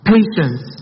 Patience